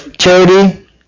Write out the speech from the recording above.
Charity